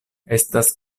estas